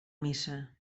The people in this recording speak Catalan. missa